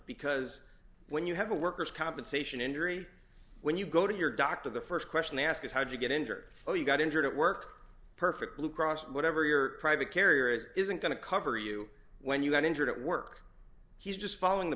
because when you have a workers compensation injury when you go to your doctor the st question they ask is how do you get injured oh you got injured at work perfect blue cross whatever your private carrier is isn't going to cover you when you get injured at work he's just following the